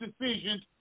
decisions